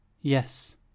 Yes